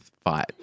fight